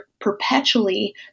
perpetually